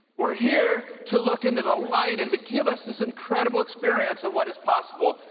we're here to look into the light and to give us this incredible experience of what is possible.